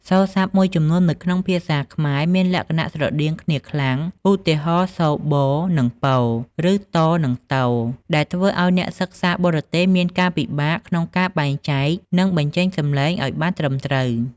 សូរស័ព្ទមួយចំនួននៅក្នុងភាសាខ្មែរមានលក្ខណៈស្រដៀងគ្នាខ្លាំង ឧទាហរណ៍ សូរ ប និង ព ឬ ត និង ទ ដែលធ្វើឱ្យអ្នកសិក្សាបរទេសមានការពិបាកក្នុងការបែងចែក និងបញ្ចេញសំឡេងឱ្យបានត្រឹមត្រូវ។